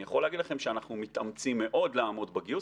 אני יכול להגיד לכם שאנחנו מתאמצים מאוד לעמוד בגיוס,